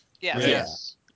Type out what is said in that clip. Yes